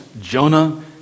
Jonah